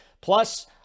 plus